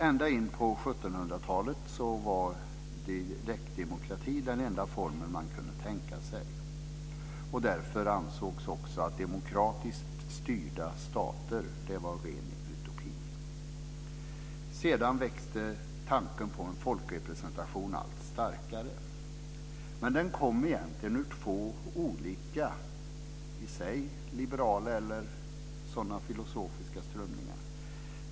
Ända in på 1700-talet var direktdemokrati den enda form som man kunde tänka sig, och därför ansågs också demokratiskt styrda stater vara en ren utopi. Sedan växte sig tanken på en folkrepresentation allt starkare, men den kom egentligen ur två olika liberala eller motsvarande filosofiska strömningar.